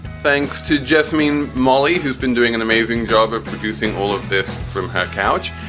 thanks to jessamine molly, who's been doing an amazing job of producing all of this from her couch.